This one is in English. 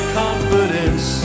confidence